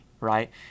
right